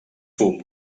fum